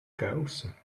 caussa